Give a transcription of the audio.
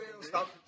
Stop